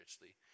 richly